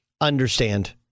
understand